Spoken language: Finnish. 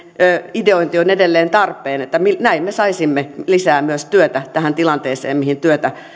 ideointi on edelleen tarpeen näin me saisimme lisää myös työtä tähän tilanteeseen mihin työtä